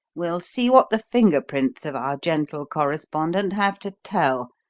we'll see what the finger-prints of our gentle correspondent have to tell,